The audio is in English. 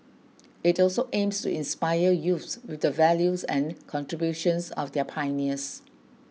it also aims to inspire youths with the values and contributions of their pioneers